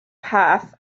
path